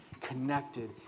connected